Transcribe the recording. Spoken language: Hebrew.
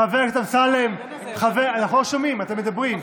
חבר הכנסת אמסלם, אנחנו לא שומעים, אתם מדברים.